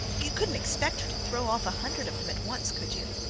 you couldn't expect her to throw off a hundred of them at once could you?